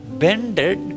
bended